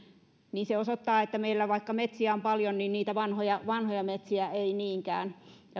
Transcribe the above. ja se osoittaa että vaikka meillä metsiä on paljon niin niitä vanhoja vanhoja metsiä ei niinkään